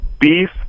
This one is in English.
beef